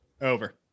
Over